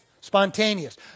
Spontaneous